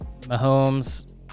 Mahomes